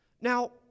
Now